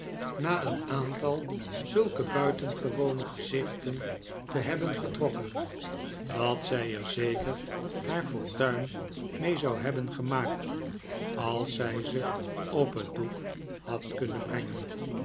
na een aantal zulke buitengewone gezichten te hebben getrokken dat zij er zeker haar fortuin mee zou hebben gemaakt als zij ze op het doek had kunnen brengen